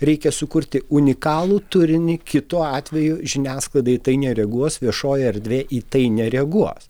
reikia sukurti unikalų turinį kitu atveju žiniasklaida į tai nereaguos viešoji erdvė į tai nereaguos